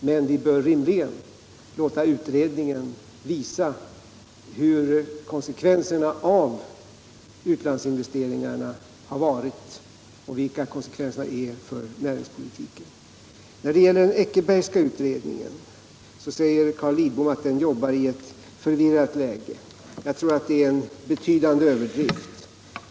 Men vi bör rimligen låta utredningen visa vilka konsekvenser för näringspolitiken utlandsinvesteringarna haft. När det gäller den Eckerbergska utredningen säger Carl Lidbom att den jobbar i ett förvirrat läge. Jag tror att det är en betydande överdrift.